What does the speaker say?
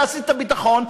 להסיט לביטחון,